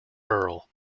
earl